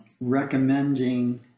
recommending